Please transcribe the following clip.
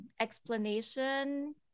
explanation